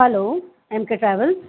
hello M K travels